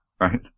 right